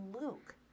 Luke